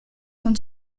sont